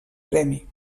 premi